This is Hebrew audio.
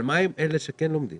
אבל מה עם אלה שכן לומדים